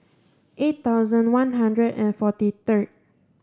eight thousand one hundred and forty third